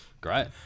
Great